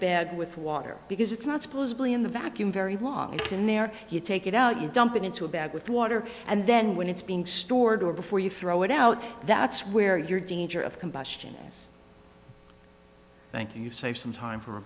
bed with water because it's not supposedly in the vacuum very long it's in there you take it out you dump it into a bag with water and then when it's being stored or before you throw it out that's where your danger of combustion thank you save some time for a